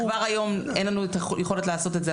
כבר היום אין לנו את היכולת לעשות את זה,